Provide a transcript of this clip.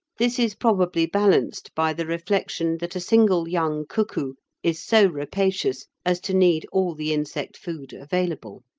this is probably balanced by the reflection that a single young cuckoo is so rapacious as to need all the insect food available.